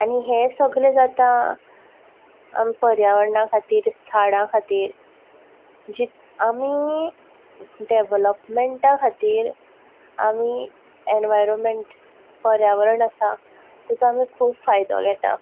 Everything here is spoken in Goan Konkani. आनी हें सगळें जाता आमी पर्यावरणां खातीक झाडां खातीर जी आमी डेवलोपमेंटा खातीर आमी एनवारोमेंट पर्यावरण आसा तेचो आमी खूब फायदो घेता